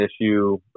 issue